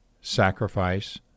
sacrifice